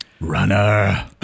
Runner